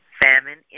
Famine